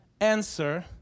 answer